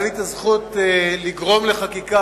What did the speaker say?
היתה לי הזכות לגרום לחקיקה,